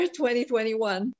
2021